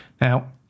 Now